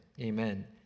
Amen